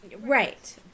Right